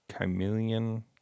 chameleon